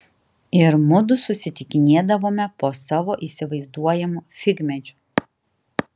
ir mudu susitikinėdavome po savo įsivaizduojamu figmedžiu